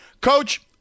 Coach